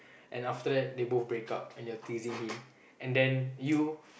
and after that they both break up and you're teasing him and then you